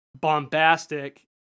bombastic